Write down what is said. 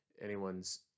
anyone's